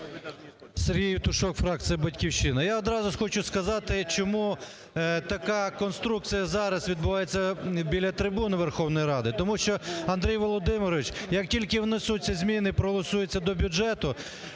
СергійЄвтушок, фракція "Батьківщина". Я одразу хочу сказати, чому така конструкція зараз відбувається біли трибуни Верховної Ради. Тому що, Андрію Володимировичу, як тільки внесуться зміни, проголосуються до бюджету,